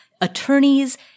attorneys